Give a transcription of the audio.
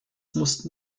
mussten